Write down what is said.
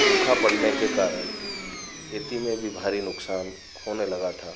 सूखा पड़ने के कारण खेती में भी भारी नुकसान होने लगा था